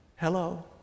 Hello